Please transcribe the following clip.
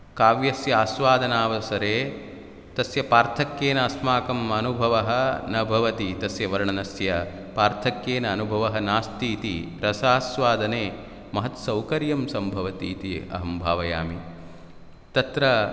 काव्यस्य आस्वादनावसरे तस्य पार्थक्येन अस्माकम् अनुभवः न भवति तस्य वर्णनस्य पार्थक्येन अनुभवः नास्ति इति रसास्वादने महत्सौकर्यं सम्भवति इति अहं भावयामि तत्र